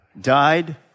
Died